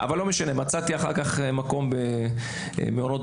יישר כוח לכל העוסקים במלאכה